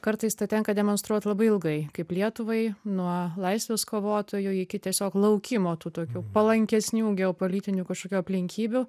kartais tą tenka demonstruot labai ilgai kaip lietuvai nuo laisvės kovotojų iki tiesiog laukimo tų tokių palankesnių geopolitinių kažkokių aplinkybių